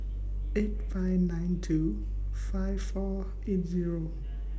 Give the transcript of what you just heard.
eight five nine two five four eight Zero